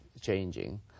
changing